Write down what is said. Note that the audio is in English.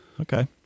Okay